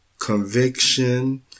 conviction